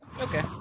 Okay